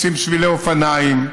עושים שבילי אופניים,